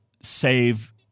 save